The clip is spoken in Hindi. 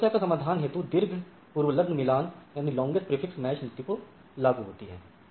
इस समस्या का समाधान हेतु दीर्घ पूर्वलग्न मिलान नीति को लागू होती है